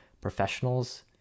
professionals